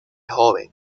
joven